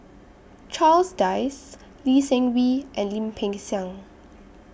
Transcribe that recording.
Charles Dyce Lee Seng Wee and Lim Peng Siang